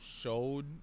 showed